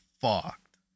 fucked